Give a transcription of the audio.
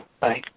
Bye